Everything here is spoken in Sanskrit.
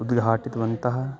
उद्घाटितवन्तः